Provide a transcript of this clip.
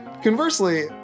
Conversely